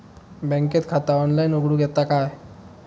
बँकेत खाता ऑनलाइन उघडूक येता काय?